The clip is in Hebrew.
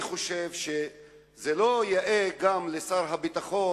זה לא יאה לשר הביטחון,